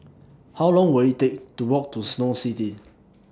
How Long Will IT Take to Walk to Snow City